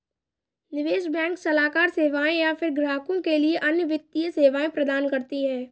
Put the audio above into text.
निवेश बैंक सलाहकार सेवाएँ या फ़िर ग्राहकों के लिए अन्य वित्तीय सेवाएँ प्रदान करती है